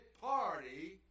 party